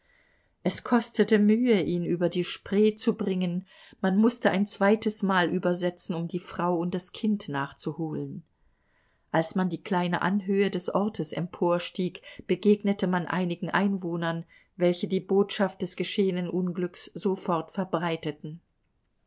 es kostete mühe ihn über die spree zu bringen man mußte ein zweites mal übersetzen um die frau und das kind nachzuholen als man die kleine anhöhe des ortes emporstieg begegnete man einigen einwohnern welche die botschaft des geschehenen unglücks sofort verbreiteten